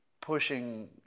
pushing